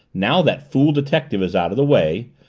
now that fool detective is out of the way,